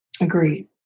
Agreed